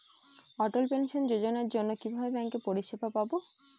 অটল pension যোজনার জন্য কিভাবে ব্যাঙ্কে পরিষেবা পাবো?